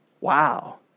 Wow